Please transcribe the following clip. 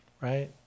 right